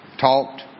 talked